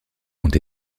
ont